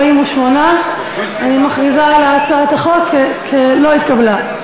48. אני מכריזה שהצעת החוק לא התקבלה.